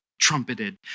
trumpeted